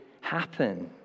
happen